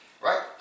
right